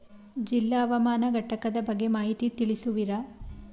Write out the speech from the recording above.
ಜಿಲ್ಲಾ ಹವಾಮಾನ ಘಟಕದ ಬಗ್ಗೆ ಮಾಹಿತಿ ತಿಳಿಸುವಿರಾ?